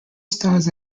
stars